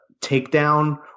takedown